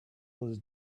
was